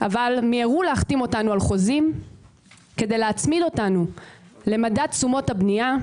אבל מיהרו להחתים אותנו על חוזים כדי להצמיד אותנו למדד תשומות הבנייה,